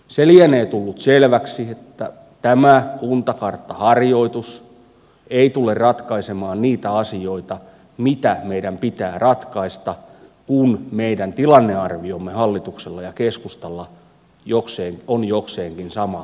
se lienee tullut selväksi että tämä kuntakarttaharjoitus ei tule ratkaisemaan niitä asioita jotka meidän pitää ratkaista kun meidän tilannearviomme hallituksella ja keskustalla on jokseenkin sama